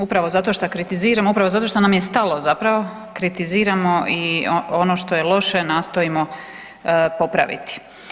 Upravo zato što kritiziramo, upravo zato što nam je stalo, zapravo, kritiziramo i ono što je loše nastojimo popraviti.